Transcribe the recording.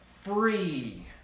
free